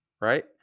right